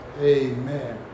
Amen